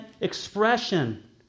expression